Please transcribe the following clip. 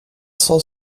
cent